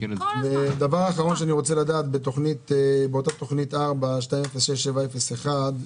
לגבי תוכנית 4, 206701,